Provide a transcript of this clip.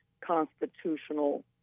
constitutional